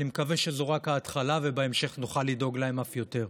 אני מקווה שזו רק ההתחלה ושבהמשך נוכל לדאוג אף יותר.